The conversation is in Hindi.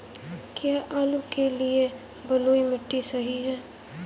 क्या आलू के लिए बलुई मिट्टी सही है?